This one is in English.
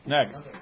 Next